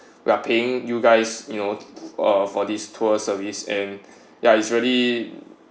we are paying you guys you know uh for this tour service and ya is really uh